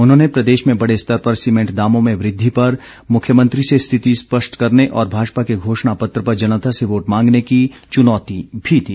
उन्होंने प्रदेश में बड़े स्तर पर सीमेंट दामों में वृद्वि पर मुख्यमंत्री से स्थिति स्पष्ट करने और भाजपा के घोषणा पत्र पर जनता से वोट मांगने की चुनौती भी दी